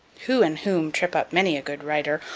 who and whom trip up many a good writer,